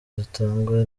zizatangwa